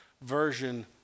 version